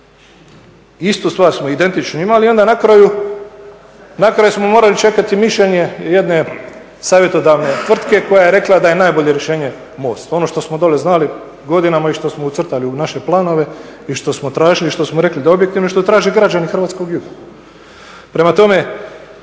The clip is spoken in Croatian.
Istu stvar smo identičnu imali i onda na kraju smo morali čekati mišljenje jedne savjetodavne tvrtke koja je rekla da je najbolje rješenje most. Ono što smo dole znali godinama i što smo ucrtali u naše planove i što smo tražili i što smo rekli da je objektivno i što traže građani hrvatskog juga. Prema tome,